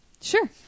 Sure